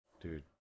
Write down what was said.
Dude